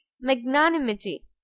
magnanimity